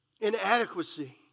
Inadequacy